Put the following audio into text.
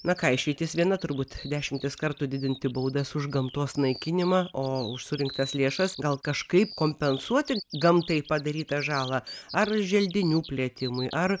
na ką išeitis viena turbūt dešimtis kartų didinti baudas už gamtos naikinimą o už surinktas lėšas gal kažkaip kompensuoti gamtai padarytą žalą ar želdinių plėtimui ar